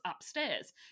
upstairs